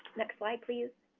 next slide please.